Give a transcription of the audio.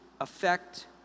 affect